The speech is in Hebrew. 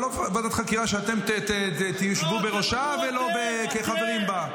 אבל לא ועדת חקירה שאתם תשבו בראשה ולא כחברים בה.